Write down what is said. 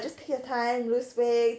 just take your time lose way